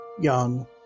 young